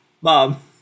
Mom